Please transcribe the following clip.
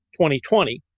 2020